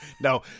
No